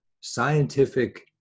scientific